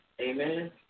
Amen